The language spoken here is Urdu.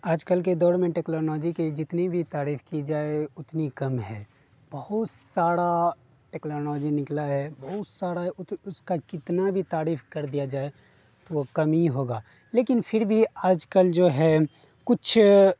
آج کل کے دور میں ٹیکلونوجی کی جتنی بھی تعریف کی جائے اتنی کم ہے بہت سارا ٹیکلانوجی نکلا ہے بہت سارا اس کا کتنا بھی تعریف کر دیا جائے تو وہ کم ہی ہوگا لیکن پھر بھی آج کل جو ہے کچھ